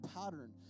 pattern